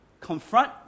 confront